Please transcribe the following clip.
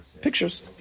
Pictures